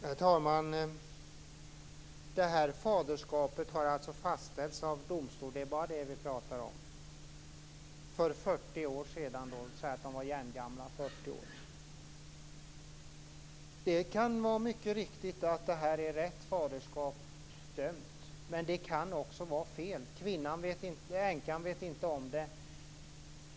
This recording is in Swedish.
Herr talman! Faderskapet i mitt exempel har alltså fastställts av domstol för 40 år sedan. Det kan mycket väl vara ett rätt dömt faderskap, men det kan också vara fel. Änkan känner inte till det.